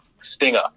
Stinger